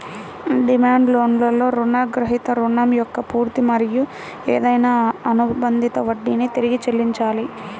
demand లోన్లో రుణగ్రహీత రుణం యొక్క పూర్తి మరియు ఏదైనా అనుబంధిత వడ్డీని తిరిగి చెల్లించాలి